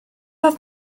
oedd